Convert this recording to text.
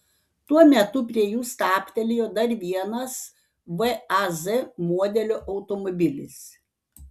tuo metu prie jų stabtelėjo dar vienas vaz modelio automobilis